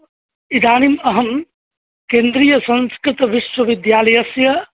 इदानीम् अहं केन्द्रियसंस्कृतविश्वविद्यालयस्य